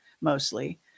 mostly